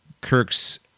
Kirk's